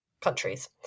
countries